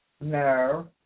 No